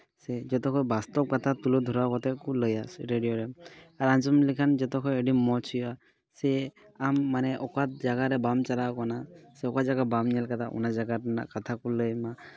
ᱥᱮ ᱡᱚᱛᱚ ᱠᱷᱚᱡ ᱵᱟᱥᱛᱚᱵ ᱠᱟᱛᱷᱟ ᱛᱩᱞᱟᱹᱣ ᱫᱷᱚᱨᱟᱣ ᱠᱟᱛᱮᱫ ᱜᱮᱠᱚ ᱞᱟᱹᱭᱟ ᱥᱮ ᱨᱮᱰᱤᱭᱳ ᱨᱮ ᱟᱨ ᱟᱸᱡᱚᱢ ᱞᱮᱠᱷᱟᱱ ᱟᱹᱰᱤ ᱢᱚᱡᱽ ᱦᱩᱭᱩᱜᱼᱟ ᱥᱮ ᱟᱢ ᱢᱟᱱᱮ ᱚᱠᱟ ᱡᱟᱭᱜᱟ ᱨᱮ ᱵᱟᱢ ᱪᱟᱞᱟᱣ ᱠᱟᱱᱟ ᱥᱮ ᱚᱠᱟ ᱡᱟᱭᱜᱟ ᱵᱟᱢ ᱧᱮᱞ ᱟᱠᱟᱫᱟ ᱚᱱᱟ ᱡᱟᱭᱜᱟ ᱨᱮᱱᱟᱜ ᱠᱟᱛᱷᱟ ᱠᱚ ᱞᱟᱹᱭᱟᱢᱟ